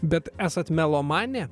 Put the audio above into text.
bet esat melomanė